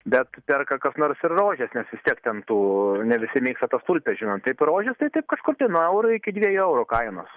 bet perka kas nors ir rožes vis tiek ten tų ne visi mėgsta tulpes žinot taip rožes tai taip kažkurtai nuo euro iki dviejų eurų kainos